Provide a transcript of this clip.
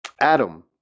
Adam